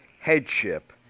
headship